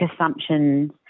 assumptions